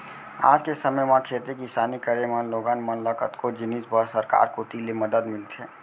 आज के समे म खेती किसानी करे म लोगन मन ल कतको जिनिस बर सरकार कोती ले मदद मिलथे